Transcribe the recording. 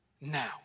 now